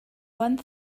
one